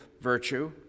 virtue